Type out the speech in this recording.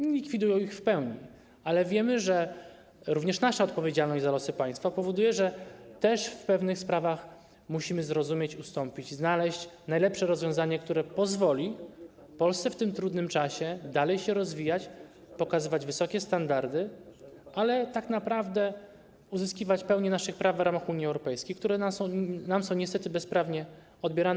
Nie likwidują ich w pełni, ale wiemy, że również nasza odpowiedzialność za losy państwa powoduje, że w pewnych sprawach musimy ustąpić, musimy znaleźć najlepsze rozwiązanie, które pozwoli Polsce w tym trudnym czasie dalej się rozwijać, pokazywać wysokie standardy, a tak naprawdę uzyskiwać pełnię naszych praw w ramach Unii Europejskiej, które nam są niestety bezprawnie odbierane.